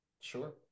Sure